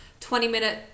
20-minute